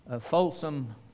Folsom